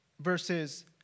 versus